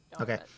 Okay